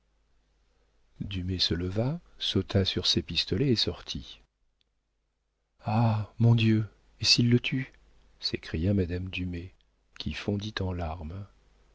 dumay se leva sauta sur ses pistolets et sortit ah mon dieu et s'il le tue s'écria madame dumay qui fondit en larmes